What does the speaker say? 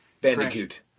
Bandicoot